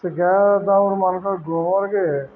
ସେ ଗାଏ ଦାମୁରମାନ୍କର୍ ଗୋବର୍କେ